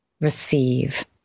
receive